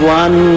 one